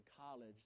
college